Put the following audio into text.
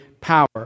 power